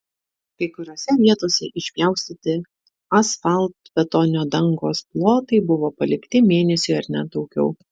kai kuriose vietose išpjaustyti asfaltbetonio dangos plotai buvo palikti mėnesiui ar net daugiau